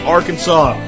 Arkansas